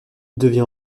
devient